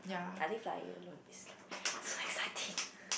I think flying alone is so exciting